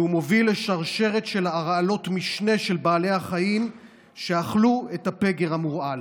והוא מוביל לשרשרת של הרעלות משנה של בעלי החיים שאכלו את הפגר המורעל.